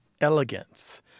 elegance